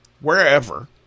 wherever